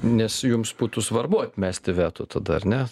nes jums būtų svarbu atmesti veto tada ar ne